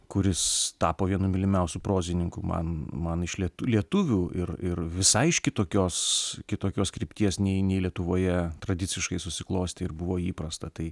kuris tapo vienu mylimiausių prozininkų man man iš lietu lietuvių ir ir visai iš kitokios kitokios krypties nei nei lietuvoje tradiciškai susiklostė ir buvo įprasta tai